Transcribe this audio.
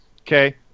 Okay